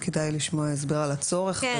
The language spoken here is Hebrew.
כדאי לשמוע הסבר על הצורך.